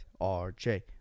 RJ